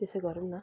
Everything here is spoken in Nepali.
त्यसै गरौँ न